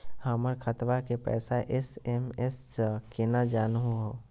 हमर खतवा के पैसवा एस.एम.एस स केना जानहु हो?